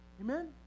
Amen